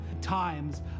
times